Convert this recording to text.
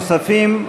נוספים?